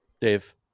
Dave